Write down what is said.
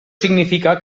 significa